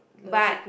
but